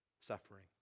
suffering